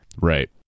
Right